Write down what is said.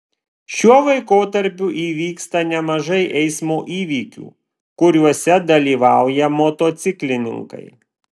šiuo laikotarpiu įvyksta nemažai eismo įvykių kuriuose dalyvauja motociklininkai